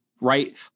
right